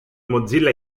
mozilla